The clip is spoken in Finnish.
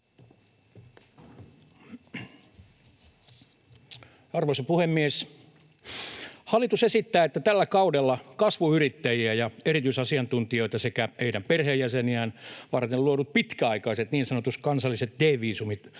Arvoisa puhemies! Hallitus esittää, että tällä kaudella kasvuyrittäjiä ja erityisasiantuntijoita sekä heidän perheenjäseniään varten luodut pitkäaikaiset niin sanotut kansalliset D-viisumit